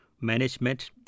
management